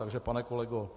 Takže pane kolego!